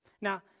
Now